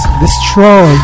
destroy